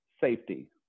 safety